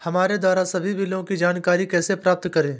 हमारे द्वारा सभी बिलों की जानकारी कैसे प्राप्त करें?